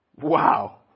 Wow